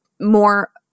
more